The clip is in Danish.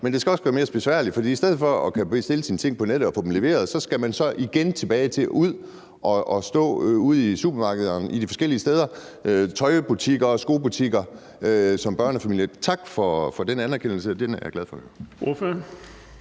det skal også gøres mere besværligt. For i stedet for at kunne bestille sine ting på nettet og få dem leveret skal man som børnefamilie så igen ud i supermarkederne de forskellige steder og ud i tøjbutikker og skobutikker. Tak for den anerkendelse. Den er jeg glad for